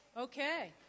Okay